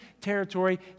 territory